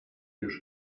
już